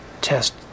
test